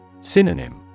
Synonym